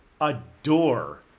adore